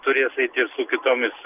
turės eiti ir su kitomis